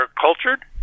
cultured